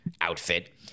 outfit